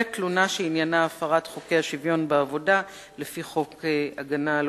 ותלונה שעניינה הפרת חוקי השוויון בעבודה לפי חוק הגנה על